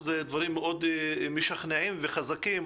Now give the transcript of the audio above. אלה דברים מאוד משכנעים וחזקים.